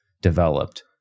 developed